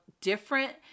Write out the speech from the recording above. different